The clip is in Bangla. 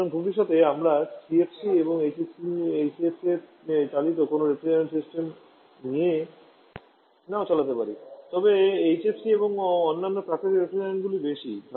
সুতরাং ভবিষ্যতে আমরা সিএফসি এবং এইচসিএফসি চালিত কোনও রেফ্রিজারেশন সিস্টেম নাও চালাতে পারি তবে এইচএফসি এবং অন্যান্য প্রাকৃতিক রেফ্রিজারেন্টগুলিতে বেশি